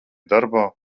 darbā